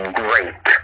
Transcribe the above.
great